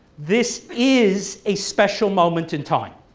this is a special moment in time.